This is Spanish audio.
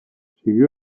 siguió